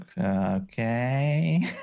okay